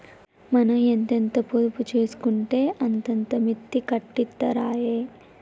మనం ఎంతెంత పొదుపు జేసుకుంటే అంతంత మిత్తి కట్టిత్తరాయె